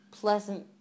pleasant